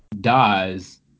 dies